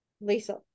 lisa